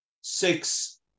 six